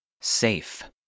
Safe